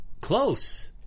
Close